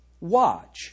watch